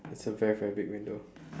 it's a very very big window